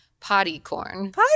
Pottycorn